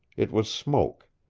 it was smoke.